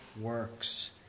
works